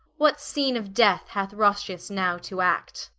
what scene of death hath rossius now to acte?